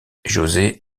josé